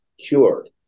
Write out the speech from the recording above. cured